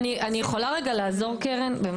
אני יכולה לעזור, קרן?